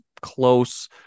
close